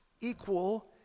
equal